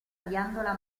ghiandola